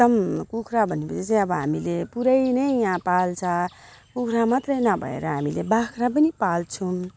एकदम कुखुरा भनेपछि चाहिँ अब हामीले पुरै नै यहाँ पाल्छ कुखुरा मात्रै नभएर हामीले बाख्रा पनि पाल्छौँ